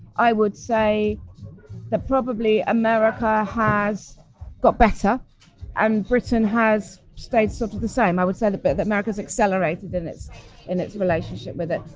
i would say that probably america has got better and britain has stayed sort of the same. i would say that but that america's accelerated in its in its relationship with it.